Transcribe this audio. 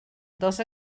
dels